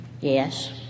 Yes